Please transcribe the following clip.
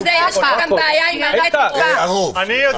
אני יודע